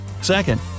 Second